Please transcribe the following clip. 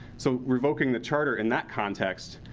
so revoking the charter in that context,